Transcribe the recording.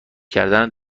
کردن